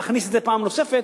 להכניס את זה פעם נוספת,